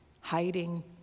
Hiding